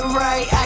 right